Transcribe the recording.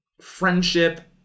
friendship